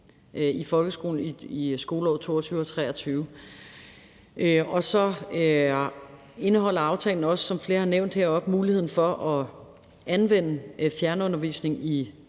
i skoleåret 2022/23. Så indeholder aftalen også, som flere har nævnt heroppefra, muligheden for at anvende fjernundervisning i